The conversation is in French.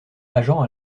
agent